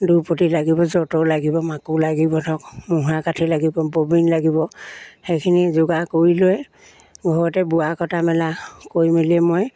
দুৰপতি লাগিব যতঁৰ লাগিব মাকো লাগিব ধৰক মুহুৰা কাঠি লাগিব ববিন লাগিব সেইখিনি যোগাৰ কৰি লৈ ঘৰতে বোৱা কটা মেলা কৰি মেলি মই